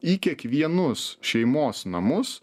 į kiekvienus šeimos namus